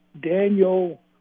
Daniel